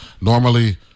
Normally